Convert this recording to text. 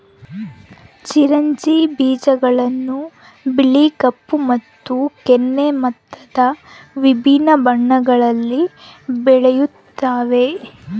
ಚಿರೊಂಜಿ ಬೀಜಗಳನ್ನು ಬಿಳಿ ಕಪ್ಪು ಮತ್ತು ಕೆನೆ ಮುಂತಾದ ವಿಭಿನ್ನ ಬಣ್ಣಗಳಲ್ಲಿ ಬೆಳೆಯುತ್ತವೆ